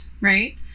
right